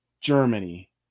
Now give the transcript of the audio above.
Germany